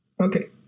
Okay